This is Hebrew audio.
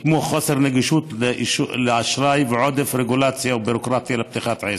כמו חוסר נגישות לאשראי ועודף רגולציה וביורוקרטיה לפתיחת עסק.